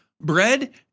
bread